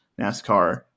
NASCAR